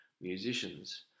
musicians